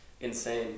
Insane